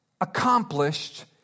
accomplished